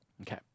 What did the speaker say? Okay